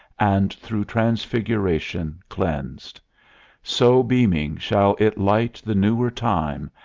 and through transfiguration cleansed so beaming shall it light the newer time,